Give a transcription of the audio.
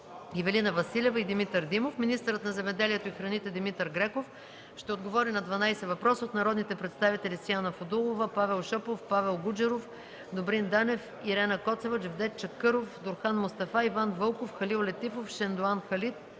Ивелина Василева и Димитър Димов. Министърът на земеделието и храните Димитър Греков ще отговори на 12 въпроса от народните представители Сияна Фудулова, Павел Шопов, Павел Гуджеров, Добрин Данев, Ирена Коцева, Джевдет Чакъров, Дурхан Мустафа, Иван Вълков, Халил Летифов и Шендоан Халит,